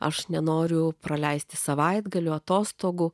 aš nenoriu praleisti savaitgalio atostogų